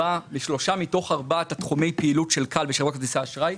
בשלושה מתוך ארבעת תחומי הפעילות של כאל וחברות כרטיסי האשראי,